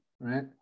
right